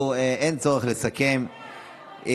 נכון,